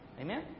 Amen